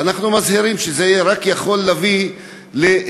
ואנחנו מזהירים שזה רק יכול להביא להתנגשות